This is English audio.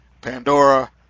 Pandora